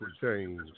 change